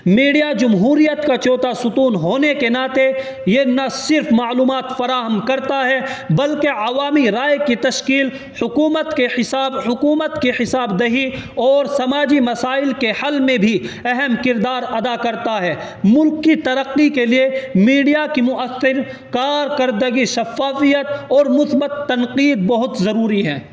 media جمہوریت کا چوتھا ستون ہونے کے ناطے یہ نہ صرف معلومات فراہم کرتا ہے بلکہ عوامی رائے کی تشکیل حکومت کے حساب حکومت کے حساب دہی اور سماجی مسائل کے حل میں بھی اہم کردار ادا کرتا ہے ملک کی ترقی کے لیے میڈیا کی مؤثر کارکردگی شفافیت اور مثبت تنقید بہت ضروری ہیں